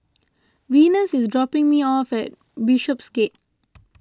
Venus is dropping me off at Bishopsgate